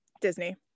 Disney